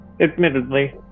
admittedly